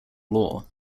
law